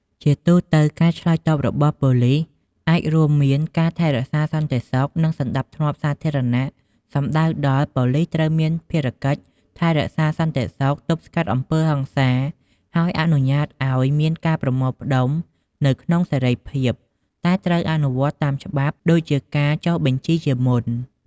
ជាទូទៅ ការឆ្លើយតបរបស់ប៉ូលីសអាចរួមមាន ការថែរក្សាសន្តិសុខ និងសណ្តាប់ធ្នាប់សាធារណៈសំដៅដល់ ប៉ូលីសត្រូវមានភារៈកិច្ចថែរក្សាសន្តិសុខ ទប់ស្កាត់អំពើហិង្សា ហើយអនុញ្ញាតឲ្យមានការប្រមូលផ្តុំនៅក្នុងសេរីភាព តែត្រូវអនុវត្តតាមច្បាប់ ដូចជាការចុះបញ្ជីជាមុន។